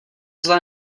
zlé